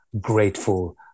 grateful